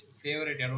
favorite